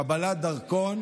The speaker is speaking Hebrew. קבלת דרכון,